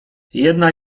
jedna